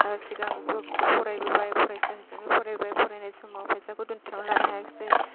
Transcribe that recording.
सिगांबो फरायबोबाय फरायसा हिसाबै फरायबाय फरायनाय समाव फैसाखौ दोनथुमना लानो हायाखैसै